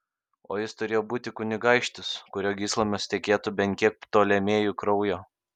o jis turėjo būti kunigaikštis kurio gyslomis tekėtų bent kiek ptolemėjų kraujo